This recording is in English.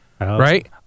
Right